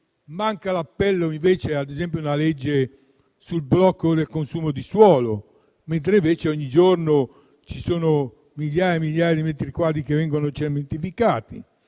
manca all'appello, ad esempio, una legge sul blocco del consumo di suolo, laddove ogni giorno migliaia e migliaia di metri quadri vengono cementificati.